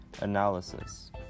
analysis